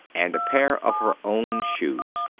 and a pair of her own shoes.